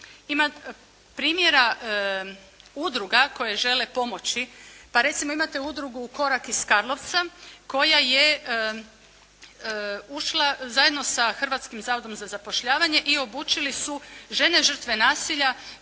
ima primjera udruga koje žele pomoći pa recimo Udrugu "Korak" iz Karlovca koja je ušla zajedno sa Hrvatskim zavodom za zapošljavanje i obučili su žene žrtve nasilja